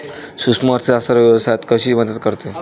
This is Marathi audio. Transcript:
सूक्ष्म अर्थशास्त्र व्यवसायात कशी मदत करते?